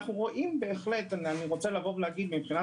את נושא